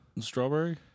strawberry